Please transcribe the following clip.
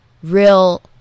real